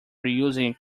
reusing